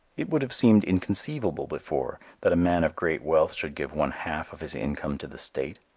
it would have seemed inconceivable before, that a man of great wealth should give one-half of his income to the state.